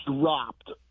dropped